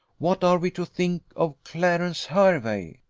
what are we to think of clarence hervey?